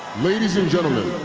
ladies and gentlemen,